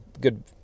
good